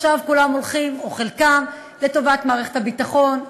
חלקם עכשיו הולכים לטובת מערכת הביטחון.